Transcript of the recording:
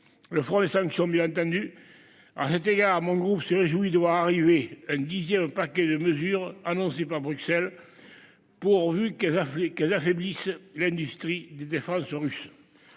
Le front des sanctions, bien entendu. À cet égard. Mon groupe s'est réjoui doit arriver hein Didier, un paquet de mesures annoncées par Bruxelles. Pourvu qu'elles appliquent elles affaiblissent l'industrie de défense russe.